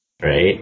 Right